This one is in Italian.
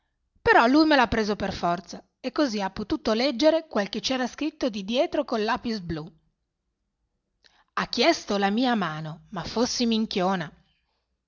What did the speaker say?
però lui me l'ha preso per forza e così ha potuto leggere quel che c'era scritto di dietro col lapis blù ha chiesto la mia mano ma fossi minchiona